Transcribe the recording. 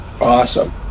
Awesome